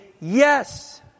yes